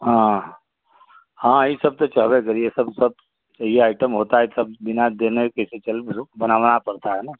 हाँ हाँ ई सब तो चहबै करी ये सब सब यही आइटम होता है सब बिना देने कैसे चल फिर ऊ बनाना पड़ता है ना